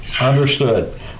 Understood